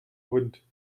hund